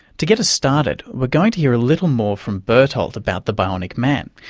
to get us started, we're going to hear a little more from bertolt about the bionic man,